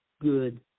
good